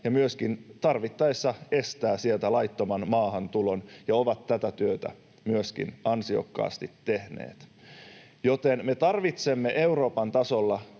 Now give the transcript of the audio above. ja myöskin tarvittaessa estää sieltä laittoman maahantulon, ja he ovat tätä työtä myöskin ansiokkaasti tehneet. Joten me tarvitsemme Euroopan tasolla